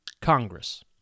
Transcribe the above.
Congress